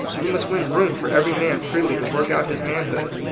we must win room for every man freely to work out his man hood.